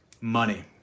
money